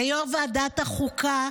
ליו"ר ועדת החוקה,